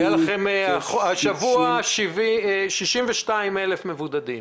השבוע היו 62,000 מבודדים.